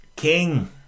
King